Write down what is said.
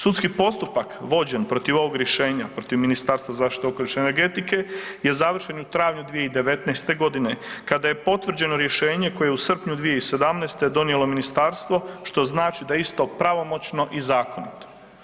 Sudski postupak vođen protiv ovog rješenja protiv Ministarstva zaštite okoliša i energetike je završen u travnju 2019. kada je potvrđeno rješenje koje je u srpnju 2017. donijelo ministarstvo, što znači da je isto pravomoćno i zakonito.